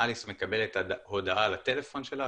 אליס לקבלת הודעה לטלפון שלה.